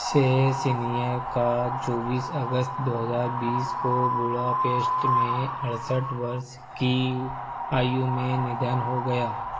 सेह सीनियर का चौबीस अगस्त दो हज़ार बीस को बुडापेस्ट में अड़सठ वर्ष की आयु में निधन हो गया